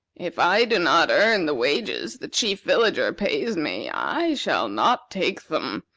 if i do not earn the wages the chief villager pays me, i shall not take them.